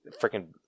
freaking